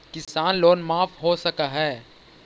किसान लोन माफ हो सक है?